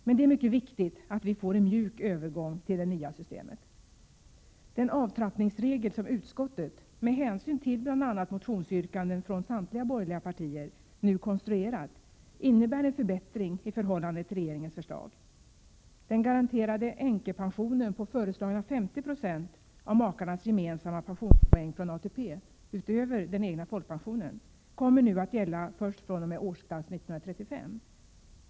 Men det är mycket viktigt att vi får en mjuk övergång till det nya systemet. Den avtrappningsregel som utskottet — med hänsyn till bl.a. motionsyrkanden från samtliga borgerliga partier — nu konstruerat innebär en förbättring i förhållande till regeringens förslag. Den garanterade änkepensionen på föreslagna 50 926 av makarnas gemensamma pensionspoäng från ATP utöver den egna folkpensionen kommer nu att gälla först fr.o.m. årsklass 1935.